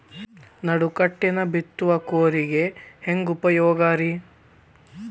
ನಡುಕಟ್ಟಿನ ಬಿತ್ತುವ ಕೂರಿಗೆ ಹೆಂಗ್ ಉಪಯೋಗ ರಿ?